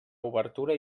obertura